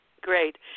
great